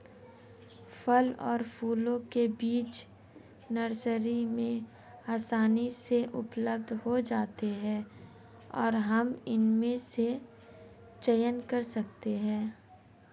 फल और फूलों के बीज नर्सरी में आसानी से उपलब्ध हो जाते हैं और हम इनमें से चयन कर सकते हैं